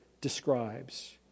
describes